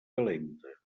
calenta